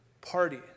party